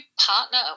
partner